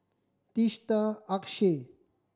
Teesta Akshay